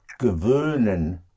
gewöhnen